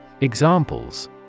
Examples